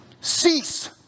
Cease